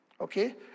Okay